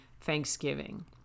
Thanksgiving